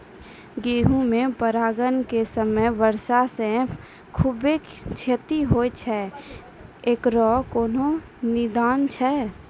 गेहूँ मे परागण के समय वर्षा से खुबे क्षति होय छैय इकरो कोनो निदान छै?